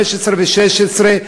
2015 ו-2016,